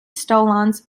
stolons